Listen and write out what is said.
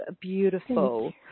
beautiful